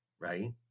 right